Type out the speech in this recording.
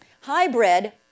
hybrid